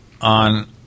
on